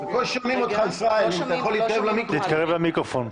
אבל כנראה הוא תושב פתח תקווה,